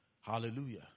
hallelujah